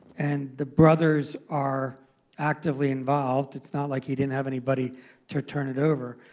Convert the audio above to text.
and the brothers are actively involved. it's not like he didn't have anybody to turn it over.